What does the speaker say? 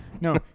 no